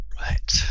Right